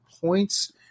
points